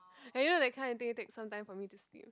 ya you know that kind of thing it takes some time for me to sleep